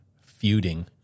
feuding